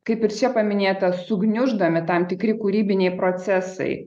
kaip ir čia paminėta sugniuždomi tam tikri kūrybiniai procesai